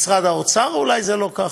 משרד האוצר אולי זה לא ככה.